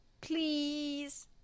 Please